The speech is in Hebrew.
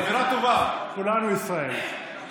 כולנו ישראל.